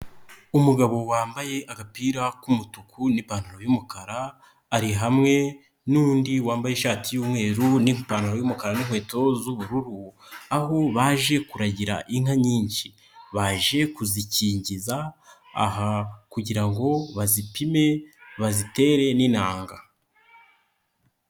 Umugabo wambaye agapira k'umutuku n'ipantaro y'umukara, ari hamwe n'undi wambaye ishati y'umweru n'ipantaro y'umukara, n'inkweto z'ubururu, aho baje kuragira inka nyinshi, baje kuzikingiza, aha kugira ngo bazipime bazitere n'intanga.